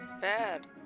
bad